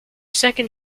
second